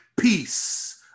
peace